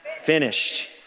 finished